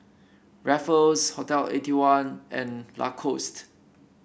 Ruffles Hotel Eighty one and Lacoste